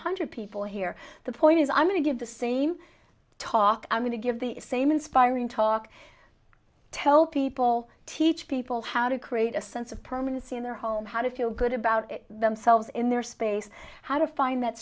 hundred people here the point is i'm going to give the same talk i'm going to give the same inspiring talk tell people teach people how to create a sense of permanency in their home how to feel good about themselves in their space how to find that